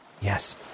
Yes